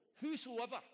whosoever